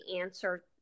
answer